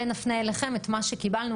ונפנה אליכם את מה שקיבלנו,